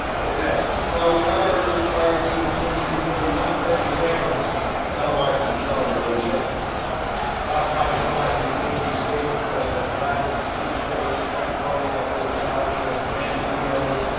ok, so primary targets, senior citizens nearly one third of the victims of telemarketing fraud are over sixty. top five telemarketing schemes we see we talked about the prizes, the sweepstakes credit card offers, scholarships, advance fee loans,